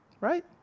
Right